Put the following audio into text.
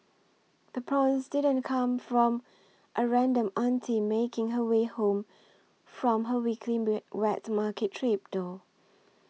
the prawns didn't come from a random auntie making her way home from her weekly bing wet market trip though